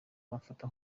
bamfata